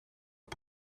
het